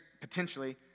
potentially